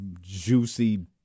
juicy